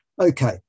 Okay